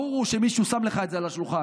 ברור שמישהו שם לך את זה על השולחן,